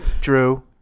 Drew